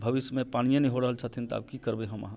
भविष्यमे पानिये नहि हो रहल छथिन तऽ आब की करबै हम अहाँ